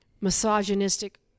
misogynistic